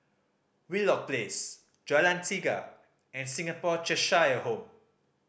Wheelock Place Jalan Tiga and Singapore Cheshire Home